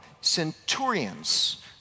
centurions